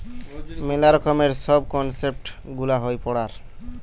মেলা রকমের সব কনসেপ্ট গুলা হয় পড়ার